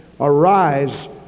Arise